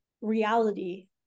reality